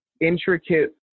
intricate